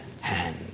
hand